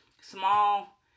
small